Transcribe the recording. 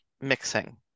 mixing